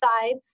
sides